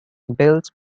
built